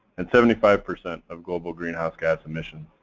and seventy five percent of global greenhouse gas emissions.